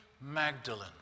Magdalene